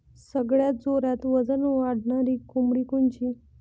सगळ्यात जोरात वजन वाढणारी कोंबडी कोनची?